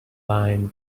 line